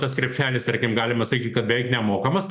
tas krepšelis tarkim galima sakyt kad beveik nemokamas